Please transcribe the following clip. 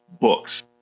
books